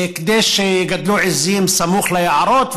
כדי שיגדלו עיזים סמוך ליערות,